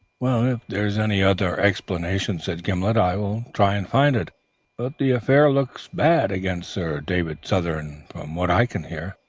if there is any other explanation, said gimblet, i will try and find it but the affair looks bad against sir david southern from what i can hear.